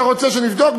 אתה רוצה שנבדוק?